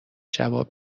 جواب